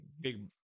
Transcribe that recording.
big